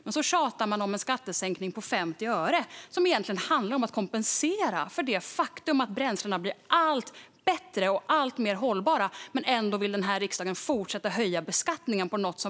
Men så tjatar man om en skattesänkning på 50 öre som egentligen handlar om att kompensera för det faktum att trots att bränslena blir allt bättre, alltmer hållbara och allt bättre för miljön vill denna riksdag fortsätta att höja beskattningen av dem.